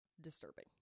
disturbing